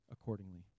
accordingly